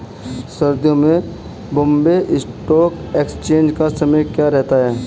सर्दियों में Bombay stock exchange का समय क्या रहता है?